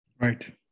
Right